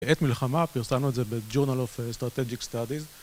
עת מלחמה, פרסמנו את זה בג'ורנל אוף סטרטג'יק סטאדיז